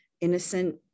innocent